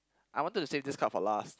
I wanted to save this card for last